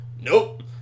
nope